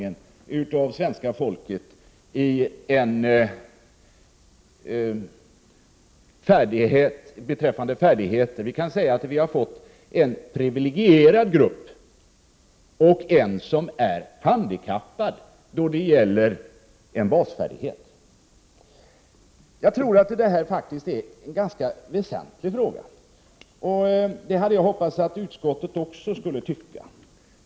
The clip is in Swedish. Det kan sägas att vi har fått en privilegierad grupp och en handikappad grupp i fråga om en basfärdighet. Jag tror faktiskt att den här frågan är ganska väsentlig. Det hade jag hoppats att även utskottet skulle tycka.